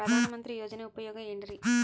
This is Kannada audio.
ಪ್ರಧಾನಮಂತ್ರಿ ಯೋಜನೆ ಉಪಯೋಗ ಏನ್ರೀ?